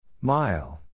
Mile